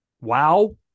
wow